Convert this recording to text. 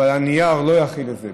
אבל הנייר לא יכיל את זה.